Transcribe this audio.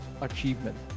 achievement